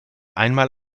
einmal